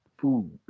food